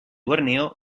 borneo